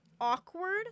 awkward